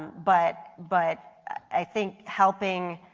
but but i think helping